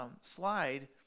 slide